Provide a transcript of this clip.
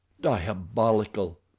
diabolical